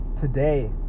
today